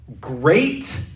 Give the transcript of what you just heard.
great